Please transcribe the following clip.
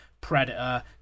Predator